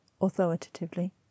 authoritatively